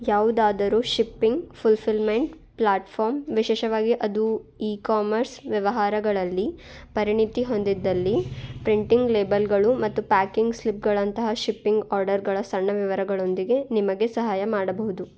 ಯಾವುದಾದರೂ shipping fulfilment platform ವಿಶೇಷವಾಗಿ ಅದು ಈ ಕಾಮರ್ಸ್ ವ್ಯವಹಾರಗಳಲ್ಲಿ ಪರಿಣಿತಿ ಹೊಂದಿದಲ್ಲಿ ಪ್ರಿಂಟಿಂಗ್ ಲೇಬಲ್ಗಳು ಮತ್ತು ಪ್ಯಾಕಿಂಗ್ ಸ್ಲಿಪ್ಗಳಂತಹ ಶಿಪ್ಪಿಂಗ್ ಆರ್ಡರ್ಗಳ ಸಣ್ಣ ವಿವರಗಳೊಂದಿಗೆ ನಿಮಗೆ ಸಹಾಯ ಮಾಡಬಹುದು